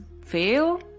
fail